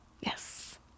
Yes